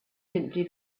simply